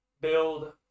build